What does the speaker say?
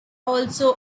also